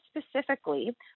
specifically